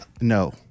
No